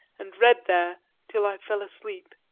and read there till i fell asleep.